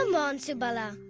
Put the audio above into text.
um on subala!